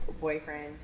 boyfriend